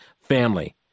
family